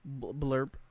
blurb